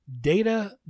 Data